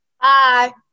Bye